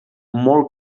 molt